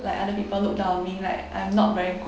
like other people look down on me like I'm not very good